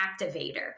activator